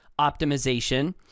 optimization